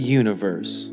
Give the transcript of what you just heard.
universe